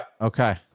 Okay